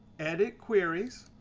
edit queries.